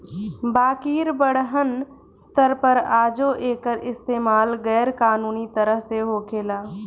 बाकिर बड़हन स्तर पर आजो एकर इस्तमाल गैर कानूनी तरह से होखेला